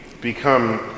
become